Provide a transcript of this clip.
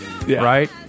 Right